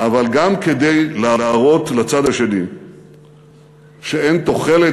אבל גם כדי להראות לצד השני שאין תוחלת